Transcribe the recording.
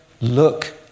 look